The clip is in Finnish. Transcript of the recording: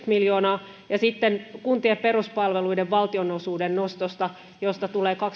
miljoonaa ja sitten kuntien peruspalveluiden valtionosuuden nostosta josta tulee